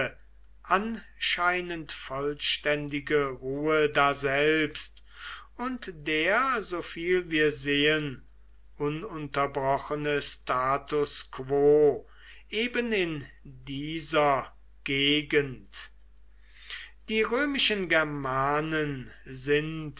anscheinend vollständige ruhe daselbst und der soviel wir sehen ununterbrochene status quo eben in dieser gegend die römischen germanen sind